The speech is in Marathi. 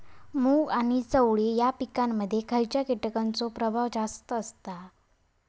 मूग आणि चवळी या पिकांमध्ये खैयच्या कीटकांचो प्रभाव जास्त असता?